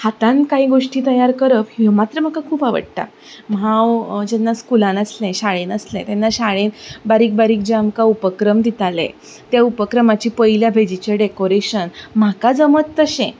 हातान कांय गोश्टी तयार करप ह्यो मात्र म्हाका खूब आवडटा हांव जेन्ना स्कुलान आसलें शाळेन आसलें तेन्ना शाळेंत बारीक बारीक जे आमकां उपक्रम दिताले ते उपक्रमाचे पयल्या पॅजीचेर डॅकोरेशन म्हाका जमत तशें